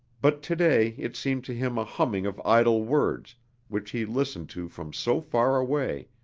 but today it seemed to him a humming of idle words which he listened to from so far away,